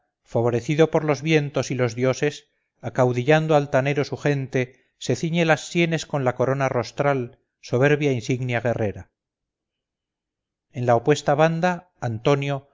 favorecido por los vientos y los dioses acaudillando altanero su gente se ciñe las sienes con la corona rostral soberbia insignia guerrera en la opuesta banda antonio